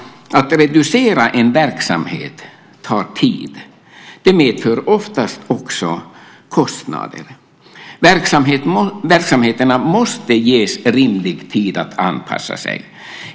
Att reducera en verksamhet tar tid. Det medför oftast också kostnader. Verksamheterna måste ges rimlig tid att anpassa sig.